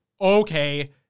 okay